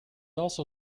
also